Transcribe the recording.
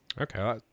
Okay